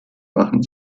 wachen